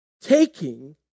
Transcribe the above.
taking